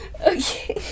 Okay